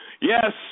Yes